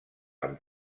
amb